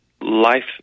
life